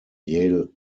yale